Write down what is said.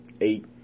eight